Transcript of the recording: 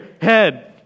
head